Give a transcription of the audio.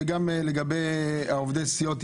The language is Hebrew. וגם לגבי עובדי הסיעות,